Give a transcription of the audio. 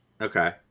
okay